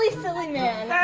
silly man.